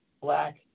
Black